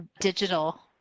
digital